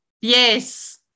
Yes